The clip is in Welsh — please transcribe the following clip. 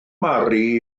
mary